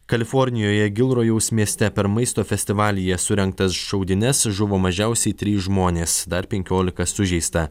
kalifornijoje gilrojaus mieste per maisto festivalyje surengtas šaudynes žuvo mažiausiai trys žmonės dar penkiolika sužeista